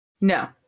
No